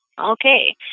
okay